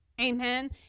Amen